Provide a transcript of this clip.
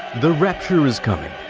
the rapture is coming